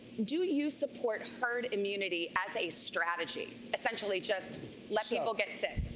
do you support herd immunity as a strategy, essentially just let people get sick?